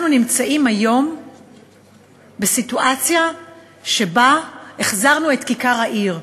אנחנו נמצאים היום בסיטואציה שבה החזרנו את כיכר העיר,